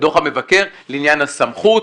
--- לעניין הסמכות,